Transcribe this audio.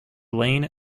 iain